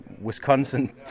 Wisconsin